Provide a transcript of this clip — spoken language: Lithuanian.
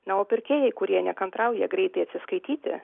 na o pirkėjai kurie nekantrauja greitai atsiskaityti